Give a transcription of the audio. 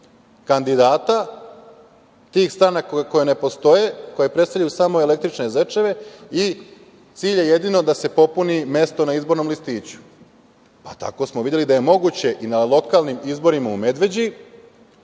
kandidata tih stranaka koje ne postoje, koje predstavljaju samo električne zečeve i cilj je jedino da se popuni mesto na izbornom listiću. Pa tako smo videli da je moguće i na lokalnim izborima u Medveđi